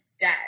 dead